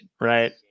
right